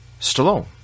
Stallone